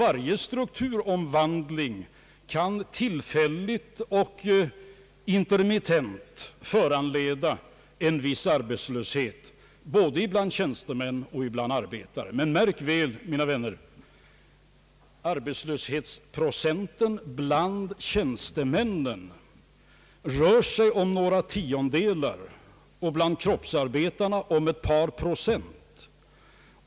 Varje strukturomvandling kan tillfälligt och intermittent föranleda en viss arbetslöshet, både bland tjänstemän och arbetare. Men märk väl, mina vänner: arbetslöshetsprocenten när det gäller tjänstemännen rör sig om några tiondelar, och när det gäller kroppsarbetarna om ett par procent!